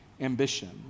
ambition